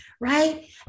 right